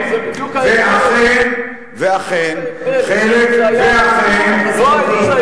זה בדיוק ההבדל, והיה אסור לקרוא לה אמצעי.